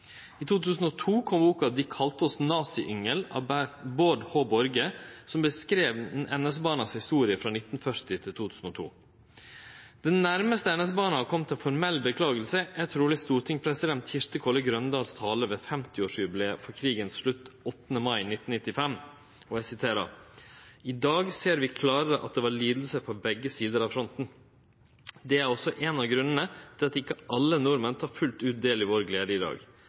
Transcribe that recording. I 2002 kom boka «De kalte oss naziyngel» av Baard H. Borge, som skreiv om historia til NS-barna frå 1940 til 2002. Det nærmaste NS-barna har kome ei formell orsaking, er truleg talen til stortingspresident Kirsti Kolle Grøndahl ved 50-årsjubileet for slutten på krigen, 8. mai 1995: i dag ser vi klarere at det var lidelser på begge sider av fronten. Det er også en av grunnene til at ikke alle nordmenn tar fullt ut del i vår glede i dag.